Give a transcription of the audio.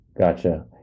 Gotcha